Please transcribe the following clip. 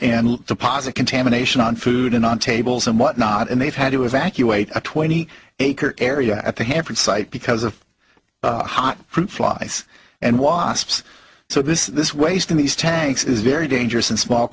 and deposit contamination on food and on tables and whatnot and they've had to evacuate a twenty acre area at the everett site because of hot fruit flies and wasps so this this waste in these tanks is very dangerous in small